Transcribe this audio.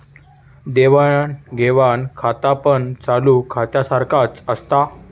देवाण घेवाण खातापण चालू खात्यासारख्याच असता